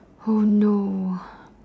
oh no